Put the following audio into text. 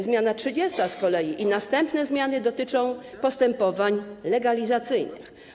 Zmiana 30. z kolei i następne zmiany dotyczą postępowań legalizacyjnych.